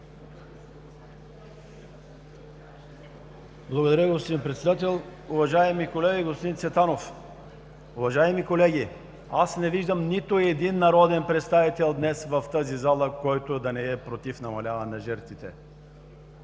Благодаря, господин Председател. Уважаеми колеги, господин Цветанов! Уважаеми колеги, не виждам нито един народен представител в тази зала, който да е против намаляване на жертвите.